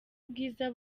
bwiza